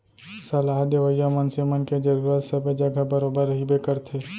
सलाह देवइया मनसे मन के जरुरत सबे जघा बरोबर रहिबे करथे